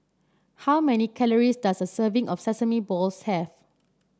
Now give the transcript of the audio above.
how many calories does a serving of Sesame Balls have